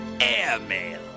airmail